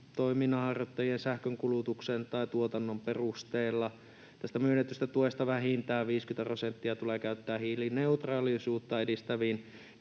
toiminnanharjoittajien sähkönkulutuksen tai tuotannon perusteella. Tästä myönnetystä tuesta vähintään 50 prosenttia tulee käyttää hiilineutraalisuutta edistäviin